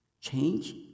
change